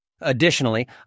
Additionally